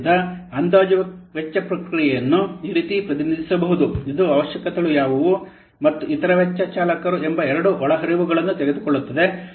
ಆದ್ದರಿಂದ ವೆಚ್ಚದ ಅಂದಾಜು ಪ್ರಕ್ರಿಯೆಯನ್ನು ಈ ರೀತಿ ಪ್ರತಿನಿಧಿಸಬಹುದು ಇದು ಅವಶ್ಯಕತೆಗಳು ಯಾವುವು ಮತ್ತು ಇತರ ವೆಚ್ಚ ಚಾಲಕರು ಎಂಬ ಎರಡು ಒಳಹರಿವುಗಳನ್ನು ತೆಗೆದುಕೊಳ್ಳುತ್ತದೆ